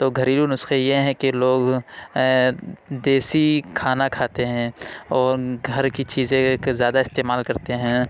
تو گھریلو نسخے یہ ہیں کہ لوگ دیسی کھانا کھاتے ہیں اور گھر کی چیزیں کے زیادہ استعمال کرتے ہیں